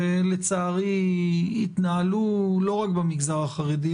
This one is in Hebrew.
שלצערי התנהלו לא רק במגזר החרדי,